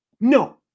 no